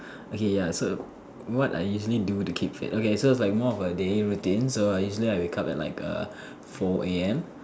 okay ya so what I usually do to keep fit okay so it's more of like a daily routine so I usually I wake up at like err four A_M